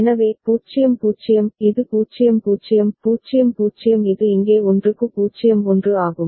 எனவே 0 0 இது 0 0 0 0 இது இங்கே 1 க்கு 0 1 ஆகும்